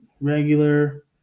regular